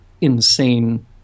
insane